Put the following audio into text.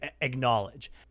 acknowledge